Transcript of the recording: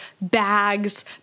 bags